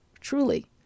truly